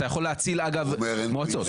אתה יכול להציל אגב מועצות,